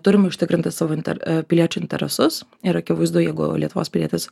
turim užtikrinti savo piliečių interesus ir akivaizdu jeigu lietuvos pilietis